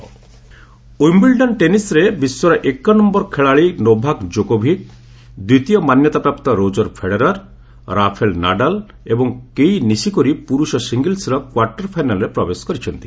Wimbledon Wimbledon ଟେନିସ୍ରେ ବିଶ୍ୱର ଏକ ନମ୍ଭର ଖେଳାଳୀ ନୋଭାକ୍ କୋକୋଭିକ୍ ଦ୍ୱିତୀୟ ମାନ୍ୟତାପ୍ରାପ୍ତ ରୋଜର୍ ଫେଡେରର୍ ରାଫେଲ୍ ନାଡାଲ ଏବଂ କେଇ ନିଶିକୋରି ପୁରୁଷ ସିଙ୍ଗଲ୍ସ୍ର କ୍ୱାର୍ଟର ଫାଇନାଲ୍ରେ ପ୍ରବେଶ କରିଛନ୍ତି